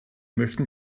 möchten